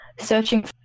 Searching